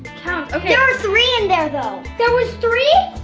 kind of yeah were three in there though. there was three.